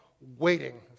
waiting